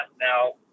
now